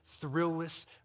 thrillless